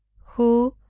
who,